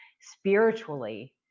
spiritually